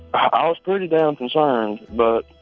i was pretty damn concerned but